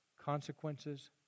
consequences